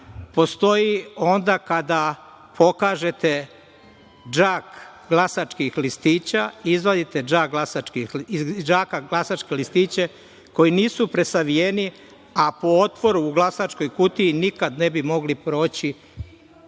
postoji onda kada pokažete džak glasačkih listića, izvadite iz džaka glasačke listiće koji nisu presavijeni, a po otvoru u glasačkoj kutiji nikad ne bi mogli proći